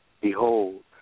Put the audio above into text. behold